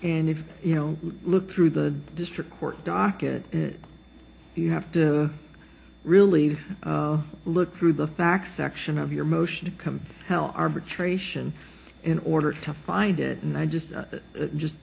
and if you know look through the district court docket you have to really look through the facts section of your motion to become how arbitration in order to find it and i just just